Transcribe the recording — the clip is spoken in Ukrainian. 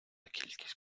кількість